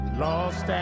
lost